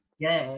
good